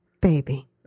baby